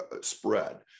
spread